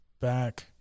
back